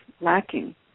lacking